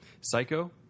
Psycho